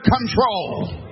control